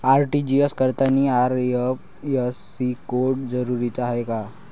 RTGS करतांनी IFSC code जरुरीचा हाय का?